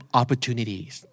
opportunities